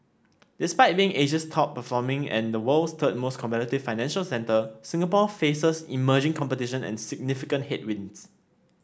despite being Asia's top performing and the world's third most competitive financial centre Singapore faces emerging competition and significant headwinds